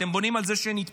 אתם בונים על זה שנתפזר,